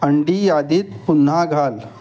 अंडी यादीत पुन्हा घाल